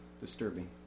disturbing